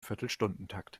viertelstundentakt